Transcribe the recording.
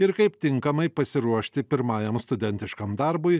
ir kaip tinkamai pasiruošti pirmajam studentiškam darbui